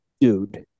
Dude